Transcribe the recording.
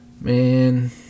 man